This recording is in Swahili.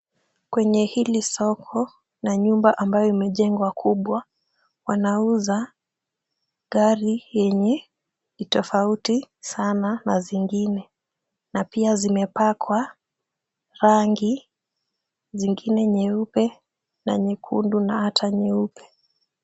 Kwenye hili soko, na nyumba ambayo imejengwa kubwa, wanauza, gari yenye tofauti sana na zingine, na pia zimepakwa rangi. Zingine nyeupe, na nyekundu, na hata nyeupe.